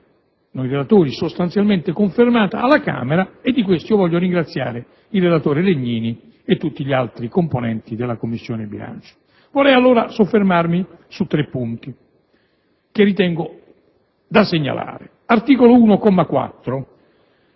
- è stata sostanzialmente confermata alla Camera dei deputati. Di questo voglio ringraziare il relatore Legnini e tutti gli altri componenti della Commissione bilancio. Vorrei allora soffermarmi su tre punti che ritengo utili da segnalare.